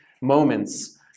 moments